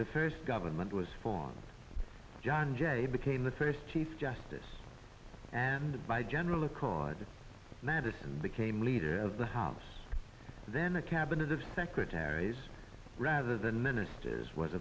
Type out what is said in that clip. the first government was formed john j became the first chief justice and by general accord madison became leader of the house then a cabinet of secretaries rather than ministers was